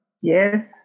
Yes